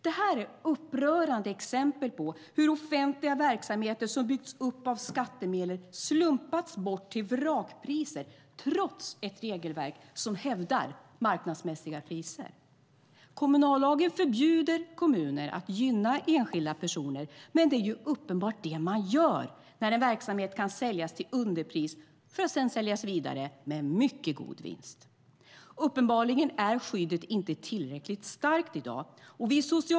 Det här är upprörande exempel på hur offentliga verksamheter som byggts upp av skattemedel slumpats bort till vrakpriser, trots ett regelverk som hävdar marknadsmässiga priser. Kommunallagen förbjuder kommuner att gynna enskilda personer, men det är uppenbart det man gör när en verksamhet kan säljas till underpris för att sedan säljas vidare med mycket god vinst. Uppenbarligen är skyddet inte tillräckligt starkt i dag.